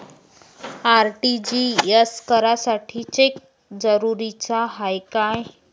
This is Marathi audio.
आर.टी.जी.एस करासाठी चेक जरुरीचा हाय काय?